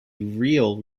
real